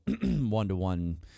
one-to-one